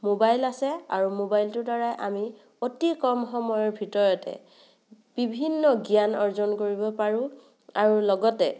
mobile আছে আৰু মোবাইলটোৰ দ্বাৰাই আমি অতি কম সময়ৰ ভিতৰতে বিভিন্ন জ্ঞান অৰ্জন কৰিব পাৰোঁ আৰু লগতে